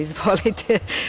Izvolite.